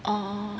oh